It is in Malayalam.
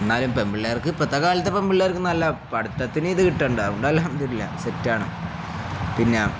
എന്നാലും പെമ്പള്ളേർക്ക് ഇപ്പത്തെ കാലത്ത് പെമ്പിള്ളേർക്ക് നല്ല പഠത്തത്തിന് ഇത് കിട്ടണ്ട അതുകൊണ്ടെല്ലാം ഒതിരില്ല സെറ്റാണ് പിന്ന